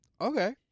Okay